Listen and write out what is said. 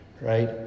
right